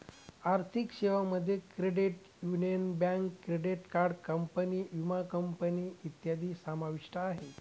आर्थिक सेवांमध्ये credit union, bank, credit card company, विमा कंपनी इत्यादी समाविष्ट आहे